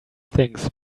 things